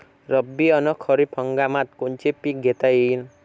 रब्बी अस खरीप हंगामात कोनचे पिकं घेता येईन?